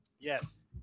Yes